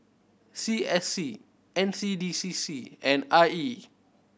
C S C N C D C C and I E